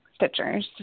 Stitchers